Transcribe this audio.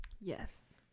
yes